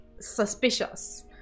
suspicious